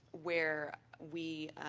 where we